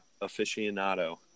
aficionado